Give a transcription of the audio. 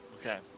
Okay